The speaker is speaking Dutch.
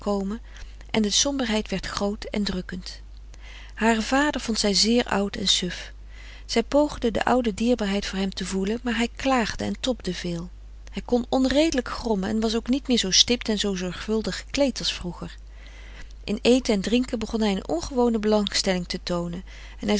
en de somberheid werd groot en drukkend haren vader vond zij zeer oud en suf zij poogde de oude dierbaarheid voor hem te voelen maar hij klaagde en tobde veel hij kon onredelijk grommen en was ook niet meer zoo stipt en zoo zorgvuldig gekleed als vroeger in eten en drinken begon hij een ongewone belangstelling te toonen